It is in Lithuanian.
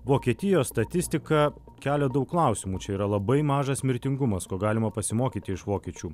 vokietijos statistika kelia daug klausimų čia yra labai mažas mirtingumas ko galima pasimokyti iš vokiečių